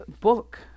book